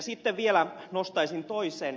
sitten vielä nostaisin toisen